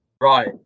right